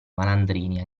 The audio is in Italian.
malandrini